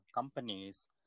companies